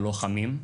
ללוחמים,